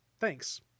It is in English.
Thanks